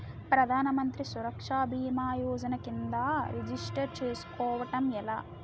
ప్రధాన మంత్రి సురక్ష భీమా యోజన కిందా రిజిస్టర్ చేసుకోవటం ఎలా?